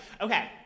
Okay